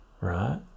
right